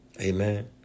Amen